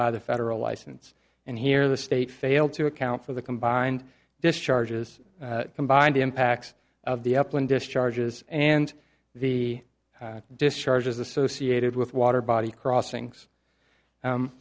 by the federal license and here the state failed to account for the combined discharges combined impacts of the upland discharges and the discharges associated with water body crossings